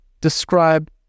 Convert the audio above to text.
describe